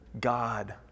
God